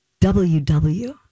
ww